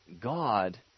God